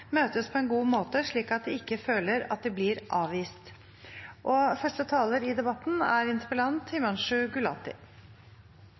møtes på en god måte, slik at de ikke føler at de blir avvist? Utenriksdepartementet har gitt konsulær bistand i